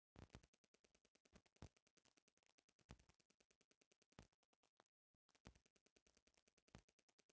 अब जब घरे बइठल ऑनलाइन खाता खुलिये जाता त के ओतना भीड़ में जाके खाता खोलवाइ